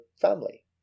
family